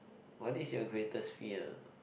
what is your greatest fear